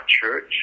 church